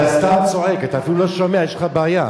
אתה סתם צועק, אתה אפילו לא שומע, יש לך בעיה.